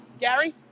Gary